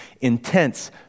intense